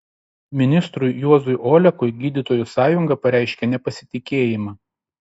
ministrui juozui olekui gydytojų sąjunga pareiškė nepasitikėjimą